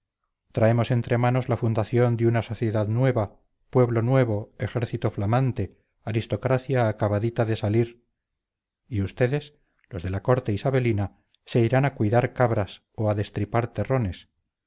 traemos entre manos la fundación de una sociedad nueva pueblo nuevo ejército flamante aristocracia acabadita de salir y ustedes los de la corte isabelina se irán a cuidar cabras o a destripar terrones